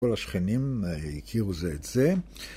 כל השכנים, אה... הכירו זה את זה.